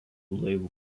laivų